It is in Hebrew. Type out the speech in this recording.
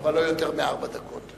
אבל לא יותר מארבע דקות.